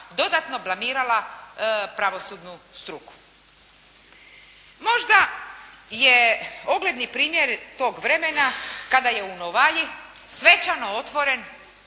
dodatno blamirala pravosudnu struku. Možda je ogledni primjer tog vremena kada je u Novalji svečano otvoren